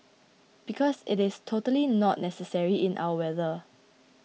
because it is totally not necessary in our weather